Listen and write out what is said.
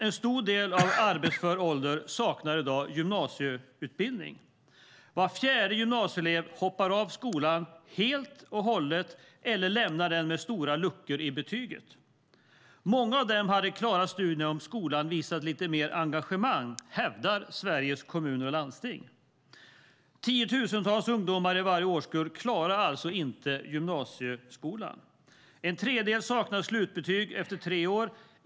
En stor del av människorna i arbetsför ålder saknar i dag gymnasieutbildning. Var fjärde gymnasieelev hoppar av skolan helt och hållet eller lämnar den med stora luckor i betyget. Många av dem skulle ha klarat studierna om skolan hade visat lite mer engagemang, hävdar Sveriges Kommuner och Landsting. Tiotusentals ungdomar i varje årskull klarar alltså inte gymnasieskolan. En tredjedel saknar slutbetyg efter tre år.